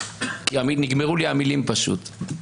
כי נגמרו לי המילים פשוט.